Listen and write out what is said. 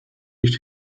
nicht